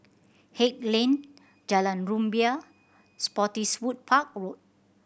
Haig Lane Jalan Rumbia Spottiswoode Park Road